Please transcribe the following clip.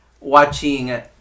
watching